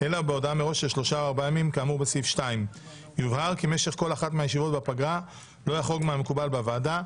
אלא בהודעה מראש של שלושה או ארבעה ימים כאמור בסעיף 2. יובהר כי משך כל אחת מהישיבות בפגרה לא יחרוג מהמקובל בוועדה,